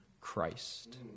Christ